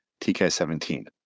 TK17